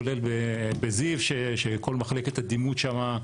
כולל בזיו שכל מחלקת הדימות שמה,